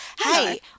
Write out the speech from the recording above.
hey